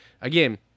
again